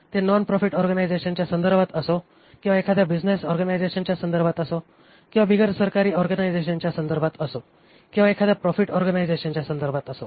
ते non profit ऑर्गनायझेशनच्या संदर्भात असो असो किंवा एखाद्या बिझनेस ऑर्गनायझेशनच्या संदर्भात असो किंवा बिगर सरकारी ऑर्गनायझेशनच्या संदर्भात असो किंवा एखाद्या प्रॉफिट ऑर्गनायझेशनच्या संदर्भात असो